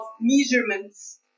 measurements